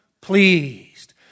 pleased